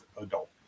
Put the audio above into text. adult